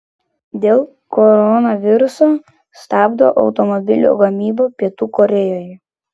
dėl koronaviruso stabdo automobilių gamybą pietų korėjoje